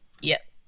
Yes